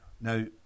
now